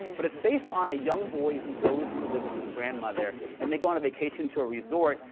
but it's based on a young boy who goes to live with his grandmother and they go on a vacation to a resort.